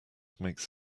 makes